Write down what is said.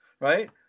right